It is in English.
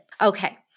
Okay